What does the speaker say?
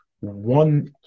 one